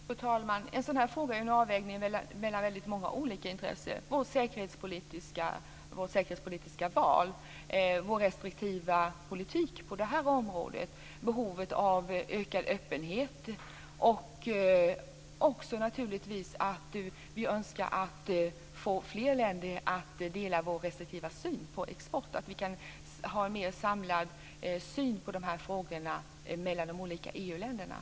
Fru talman! En sådan här fråga handlar ju om en avvägning mellan väldigt många olika intressen - vårt säkerhetspolitiska val, vår restriktiva politik på det här området och behovet av ökad öppenhet och naturligtvis också att vi önskar att få fler länder att dela vår restriktiva syn på export, att vi kan ha en mer samlad syn på dessa frågor mellan de olika EU länderna.